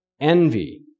envy